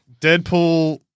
Deadpool